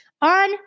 on